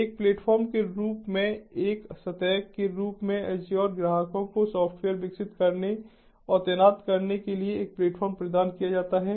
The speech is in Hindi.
एक प्लेटफ़ॉर्म के रूप में एक सतह के रूप में एजयोर ग्राहकों को सॉफ्टवेयर विकसित करने और तैनात करने के लिए एक प्लेटफ़ॉर्म प्रदान किया जाता है